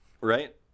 Right